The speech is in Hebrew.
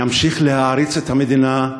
אני אמשיך להעריץ את המדינה,